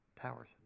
Towers